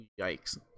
yikes